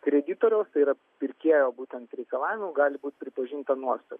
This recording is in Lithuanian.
kreditoriaus tai yra pirkėjo būtent reikalavimu gali būt pripažinta nuostoliu